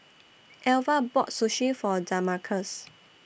Alvah bought Sushi For Damarcus